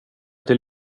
till